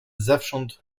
zewsząd